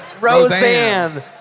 Roseanne